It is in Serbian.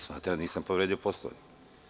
Smatram da nisam povredio Poslovnik.